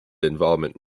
involvement